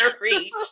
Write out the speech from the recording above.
reach